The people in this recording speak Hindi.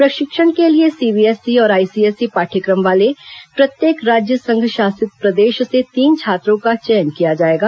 प्रशिक्षण के लिए सीबीएसई और आईसीएसई पाठ्यक्रम वाले प्रत्येक राज्य संघ शासित प्रदेश से तीन छात्रों का चयन किया जाएगा